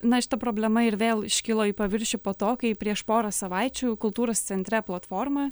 na šita problema ir vėl iškilo į paviršių po to kai prieš porą savaičių kultūros centre platforma